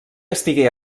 estigué